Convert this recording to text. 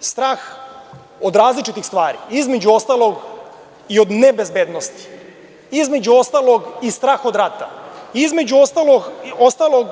strah od različitih stvari, između ostalog i od ne bezbednosti, između ostalog i strah od rata, između ostalog